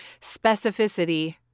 Specificity